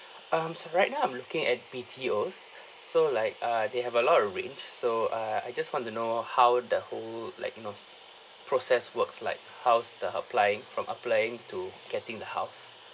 um so right now I'm looking at B_T_Os so like ah they have a lot of range so ah I just want to know how the whole like you know process works like how's the applying from applying to getting the house